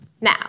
Now